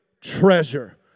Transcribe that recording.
treasure